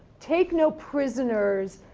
take no prisoners,